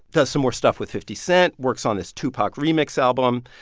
does some more stuff with fifty cent, works on this tupac remix album,